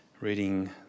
Reading